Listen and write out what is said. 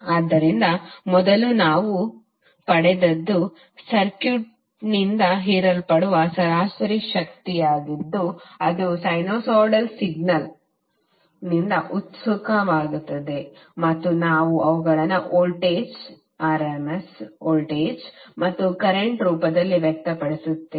ಆದ್ದರಿಂದ ಮೊದಲು ನಾವು ಪಡೆದದ್ದು ಸರ್ಕ್ಯೂಟ್ನಿಂದ ಹೀರಲ್ಪಡುವ ಸರಾಸರಿ ಶಕ್ತಿಯಾಗಿದ್ದು ಅದು ಸೈನುಸೈಡಲ್ ಸಿಗ್ನಲ್ನಿಂದ ಉತ್ಸುಕವಾಗುತ್ತದೆ ಮತ್ತು ನಾವು ಅವುಗಳನ್ನು ವೋಲ್ಟೇಜ್ rms ವೋಲ್ಟೇಜ್ ಮತ್ತು ಕರೆಂಟ್ ರೂಪದಲ್ಲಿ ವ್ಯಕ್ತಪಡಿಸುತ್ತೇವೆ